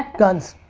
guns?